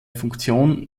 funktion